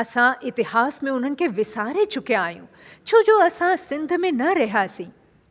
असां इतिहास में उन्हनि खे विसारे चुकिया आहियूं छो जो असां सिंध में न रहियासीं